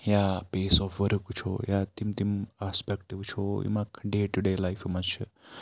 یا piece of ؤرٕک وٕچھو یا تِم تِم آسپیکٹہٕ وٕچھو یِم اَکھ ڈے ٹُوٚ ڈے لایِفہِ منٛز چھِ